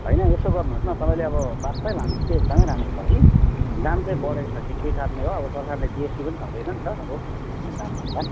होइन यसो गर्नुहोस् न तपाईँले अब बासै लानुहोस् कि एकदमै राम्रो छ कि दाम चाहिँ बढेको छ के कारणले हो अब सरकारले जिएसटी पनि थपेको छ नि त अब आफ्नो दामभन्दा